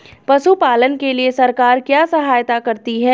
पशु पालन के लिए सरकार क्या सहायता करती है?